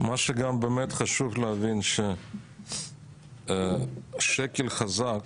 מה שגם באמת חשוב להבין, שקל חזק